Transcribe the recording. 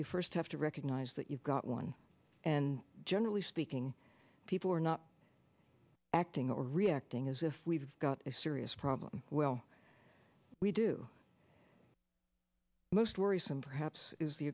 you first have to recognize that you've got one and generally speaking people are not acting or reacting as if we've got a serious problem well we do most worrisome perhaps is the